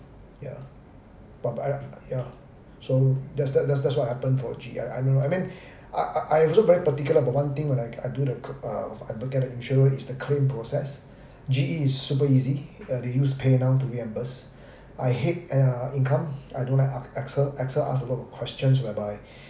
ya but by right uh ya so that's that's that's what happen for G_E I I don't know I mean I I I also very particular about one thing when I I do the co~ uh I look at the insurer is the claim process G_E is super easy uh they use paynow to reimburse I hate uh income I don't like a~ AXA AXA ask a lot of question whereby